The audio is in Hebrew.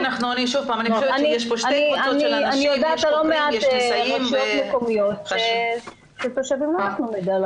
אני יודעת שיש לא מעט רשויות מקומיות שתושבים לא נתנו מידע.